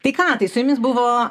tai ką tai su jumis buvo